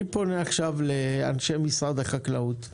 אני פונה עכשיו לאנשי משרד החקלאות,